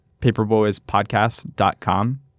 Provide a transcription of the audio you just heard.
paperboyspodcast.com